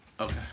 Okay